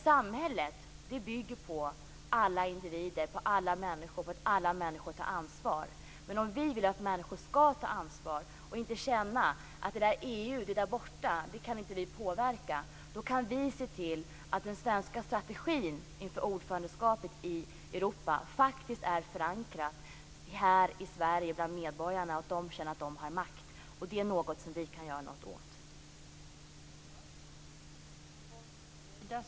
Samhället bygger på att alla människor tar ansvar, men om vi vill att människor skall ta ansvar och inte skall känna att de inte kan påverka EU där borta, kan vi se till att den svenska strategin inför ordförandeskapet i Europa faktiskt är förankrad här i Sverige bland medborgarna, så att de kan känna att de har makt. Det är något som vi kan göra någonting åt.